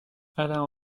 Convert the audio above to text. alain